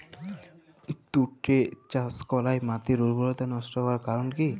তুতে চাষ করাই মাটির উর্বরতা নষ্ট হওয়ার কারণ কি?